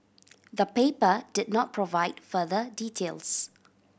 the paper did not provide further details